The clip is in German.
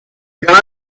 gar